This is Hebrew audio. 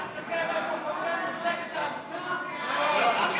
ההצעה להעביר את הצעת חוק למניעת הסתננות (עבירות ושיפוט) (הוראת שעה),